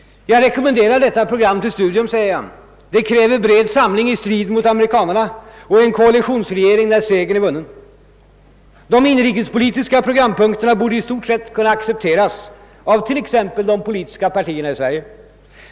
»Jag rekommenderar detta program till studium. Det kräver bred samling i striden mot amerikanarna och en koalitionsregering när segern är vunnen. De inrikespolitiska programpunkterna borde i stort sett kunna accepteras av t.ex. de politiska partierna i Sverige.